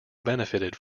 benefited